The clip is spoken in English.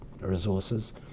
resources